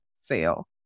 sale